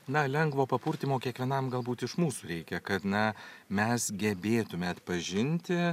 na lengvo papurtymo kiekvienam galbūt iš mūsų rėkia kad na mes gebėtume atpažinti